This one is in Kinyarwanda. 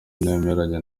nemeranya